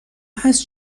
هست